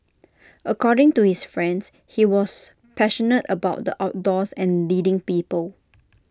according to his friends he was passionate about the outdoors and leading people